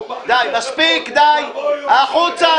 החוצה.